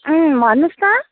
भन्नुहोस् त